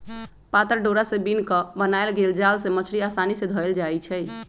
पातर डोरा से बिन क बनाएल गेल जाल से मछड़ी असानी से धएल जाइ छै